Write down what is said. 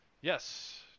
Yes